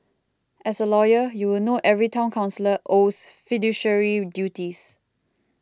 as a lawyer you will know every Town Councillor owes fiduciary duties